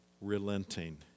relenting